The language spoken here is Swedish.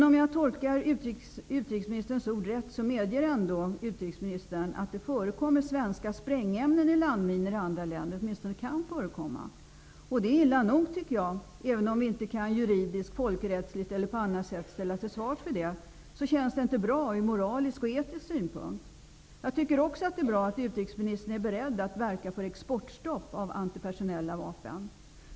Om jag tolkar utrikesministerns ord rätt, medger utrikesministern åtminstone att det kan förekomma svenska sprängämnen i landminor i andra länder. Det är illa nog, tycker jag, även om vi inte juridiskt, folkrättsligt eller på annat sätt kan ställas till svars för det. Det känns inte bra från moralisk och etisk synpunkt. Jag tycker också att det är bra att utrikesministern är beredd att verka för exportstopp för antipersonella vapen.